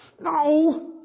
No